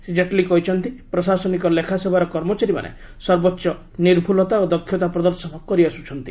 ଶ୍ରୀ ଜେଟ୍ଲୀ କହିଛନ୍ତି ପ୍ରଶାସନିକ ଲେଖା ସେବାର କର୍ମଚାରୀମାନେ ସର୍ବୋଚ୍ଚ ନିର୍ଭୁଲତା ଓ ଦକ୍ଷତା ପ୍ରଦର୍ଶନ କରି ଆସୁଛନ୍ତି